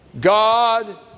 God